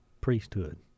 priesthood